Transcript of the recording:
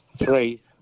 Three